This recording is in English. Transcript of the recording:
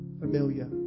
Familiar